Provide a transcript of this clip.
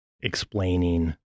explaining